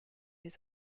his